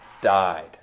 died